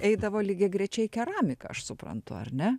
eidavo lygiagrečiai keramika aš suprantu ar ne